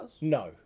No